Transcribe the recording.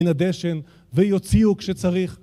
ויוציאו כשצריך